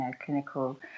clinical